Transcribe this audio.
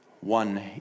one